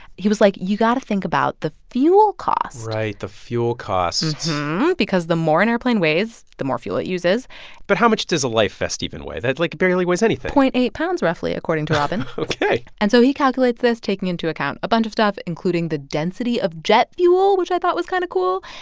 he was like, you got to think about the fuel cost right, the fuel costs because the more an and airplane weighs, the more fuel it uses but how much does a life vest even weigh. that, like, barely weighs anything zero point eight pounds roughly, according to robin ok and so he calculates this, taking into account a bunch of stuff, including the density of jet fuel, which i thought was kind of cool.